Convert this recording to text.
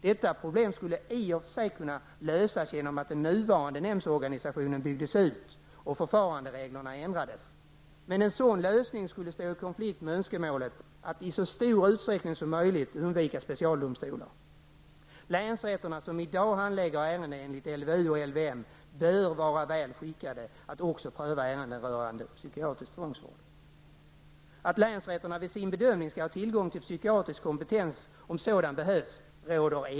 Detta problem skulle i och för sig kunna lösas genom att den nuvarande nämndorganisationen byggdes ut och förfarandereglerna ändrades. Men en sådan lösning skulle stå i konflikt med önskemålet att i så stor utsträckning som möjligt undvika specialdomstolar. Länsrätterna, som i dag handlägger ärenden enligt LVU och LVM, bör vara väl skickade att också pröva ärenden rörande psykiatrisk tvångsvård. Det råder enighet om att länsrätterna i sin bedömning skall ha tillgång till psykiatrisk kompetens om sådant behövs.